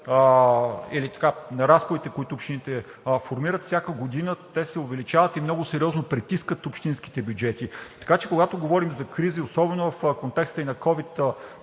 или разходите, които общините формират всяка година, се увеличават и много сериозно притискат общинските бюджети. Така че, когато говорим за криза, и особено в контекста на ковид